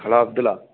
hello Abdullah